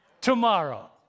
Tomorrow